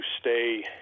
stay